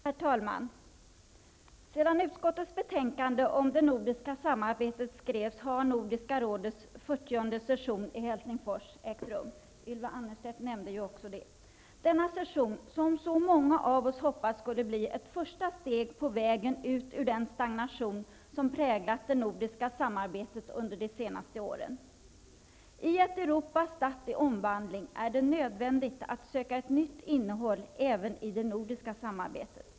Herr talman! Sedan utskottets betänkande med titeln Nordiskt samarbete skrevs har Nordiska rådets 40:e session i Helsingfors ägt rum. Ylva Annerstedt nämnde också det. Det var denna session som så många av oss hoppades skulle bli ett första steg på vägen ut ur den stagnation som präglat det nordiska samarbetet under de senaste åren. I ett Europa statt i omvandling är det nödvändigt att söka ett nytt innehåll även i det nordiska samarbetet.